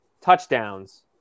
touchdowns